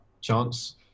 chance